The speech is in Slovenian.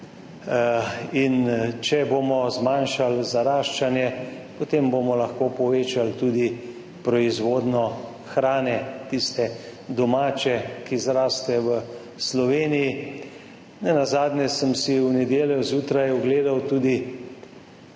in če bomo zmanjšali zaraščanje, potem bomo lahko povečali tudi proizvodnjo hrane, tiste domače, ki zraste v Sloveniji. Nenazadnje sem si v nedeljo zjutraj ogledal tudi